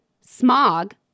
Smog